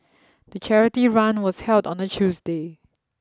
the charity run was held on a Tuesday